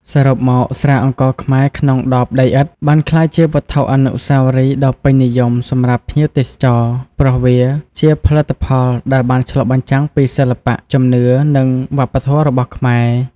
សរុបមក ស្រាអង្ករខ្មែរក្នុងដបដីឥដ្ឋបានក្លាយជាវត្ថុអនុស្សាវរីយ៍ដ៏ពេញនិយមសម្រាប់ភ្ញៀវទេសចរ ព្រោះវាជាផលិតផលដែលបានឆ្លុះបញ្ចាំងពីសិល្បៈ ជំនឿ និងវប្បធម៌របស់ខ្មែរ។